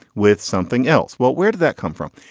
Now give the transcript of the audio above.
with something else. what? where did that come from?